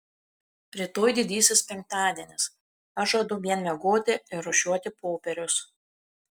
rytoj didysis penktadienis aš žadu vien miegoti ir rūšiuoti popierius